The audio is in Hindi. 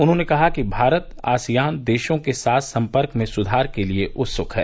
उन्होंने कहा कि भारत आसियान देशों के साथ संपर्क में सुधार के लिए उत्सुक है